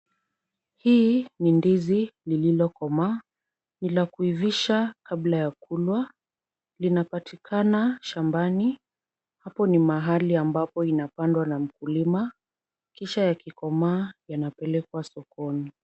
Hii ni ndizi lililokomaa, ni la kuivisha kabla ya kulwa, linapatikana shambani. Hapo ni mahali ambapo inapandwa na mkulima kisha yakikomaa yanapelekwa sokoni.